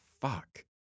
Fuck